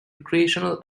recreational